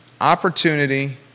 opportunity